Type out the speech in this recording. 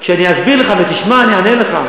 כשאני אסביר לך ותשמע, אני אענה לך.